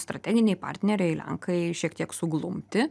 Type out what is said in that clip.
strateginiai partneriai lenkai šiek tiek suglumti